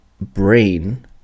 brain